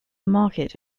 market